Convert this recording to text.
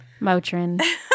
Motrin